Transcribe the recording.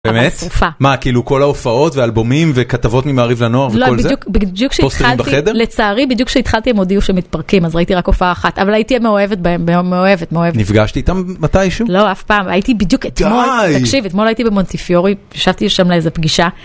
באמת? מה, כאילו כל ההופעות ואלבומים וכתבות ממעריב לנוער וכל זה? לא, בדיוק כשהתחלתי, לצערי בדיוק כשהתחלתי םם הודיעו שמתפרקים אז ראיתי רק הופעה אחת, אבל הייתי המאוהבת בהם, מאוהבת, מאוהבת. נפגשתי איתם מתישהו? לא, אף פעם, הייתי בדיוק אתמול, דייי, תקשיב, אתמול הייתי במונטיפיורי, ישבתי שם לאיזו פגישה,